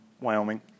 Wyoming